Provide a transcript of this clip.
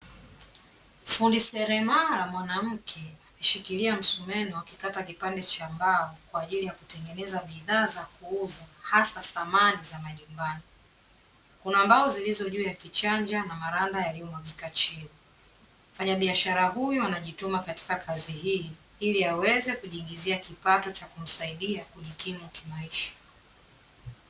Fundi seremala mwanamke ameshikilia msumeno akikata kipande cha mbao kwa ajili ya kutengeneza bidhaa za kuuza hasa samani za majumbani, kuna mbao zilizo juu ya kichanja na maranda yaliyo mwagika chini, mfanyabiashara huyo anajituma katika kazi hii ili aweze kujiingizia kipato cha kumsaidia kujikimu kimaisha.